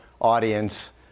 audience